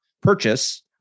purchase